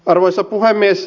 arvoisa puhemies